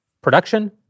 production